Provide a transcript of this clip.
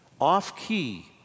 off-key